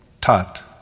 Tat